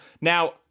Now